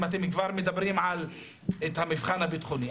אם אתם מדברים על מבחן ביטחוני.